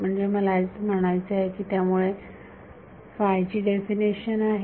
म्हणजे मला म्हणायचे आहे आपल्याकडे याठिकाणी ची डेफिनेशन आहे